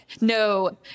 no